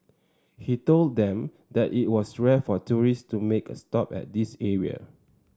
he told them that it was rare for tourist to make a stop at this area